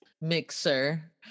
Mixer